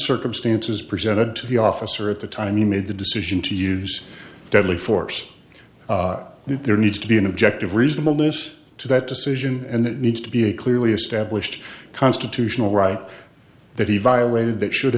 circumstances presented to the officer at the time he made the decision to use deadly force there needs to be an objective reasonableness to that decision and it needs to be a clearly established constitutional right that he violated that should